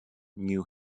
new